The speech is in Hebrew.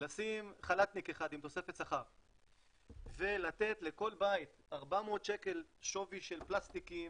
לשים חל"תניק אחד עם תוספת שכר ולתת לכל בית 400 שקל שווי של פלסטיקים,